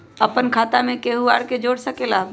अपन खाता मे केहु आर के जोड़ सके ला?